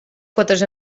quotes